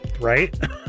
right